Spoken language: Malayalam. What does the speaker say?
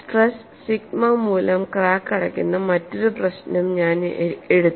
സ്ട്രെസ് സിഗ്മ മൂലം ക്രാക്ക് അടയ്ക്കുന്ന മറ്റൊരു പ്രശ്നം ഞാൻ എടുത്തു